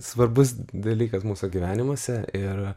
svarbus dalykas mūsų gyvenimuose ir